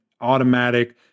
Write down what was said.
automatic